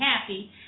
happy